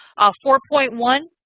four point one,